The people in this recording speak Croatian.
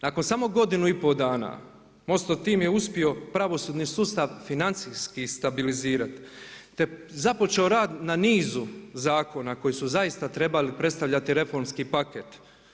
Nakon samo godinu i pol dana, MOST-ov tim je uspio pravosudni sustav financijski stabilizirati te je započeo rad na nizu zakona koji su zaista trebali predstavljati reformski paket.